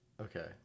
Okay